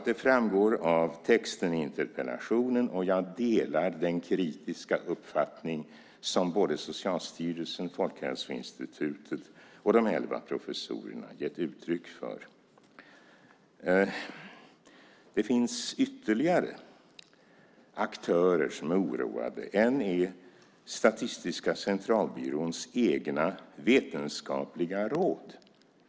Det framgår av texten i interpellationen, och jag delar den kritiska uppfattning som Socialstyrelsen, Folkhälsoinstitutet och de elva professorerna gett uttryck för. Det finns ytterligare aktörer som är oroade. En är Statistiska centralbyråns eget vetenskapliga råd.